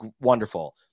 wonderful